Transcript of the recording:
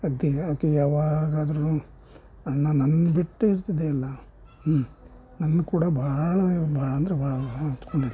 ಆಕೆ ಯಾವಾಗಾದ್ರೂ ಅಣ್ಣ ನನ್ನ ಬಿಟ್ಟು ಇರ್ತಿದ್ದಿಲ್ಲ ನನ್ನ ಕೂಡ ಭಾಳ ಭಾಳ್ ಅಂದರೆ ಭಾಳ ಹಚ್ಕೊಂಡಿದ್ಲು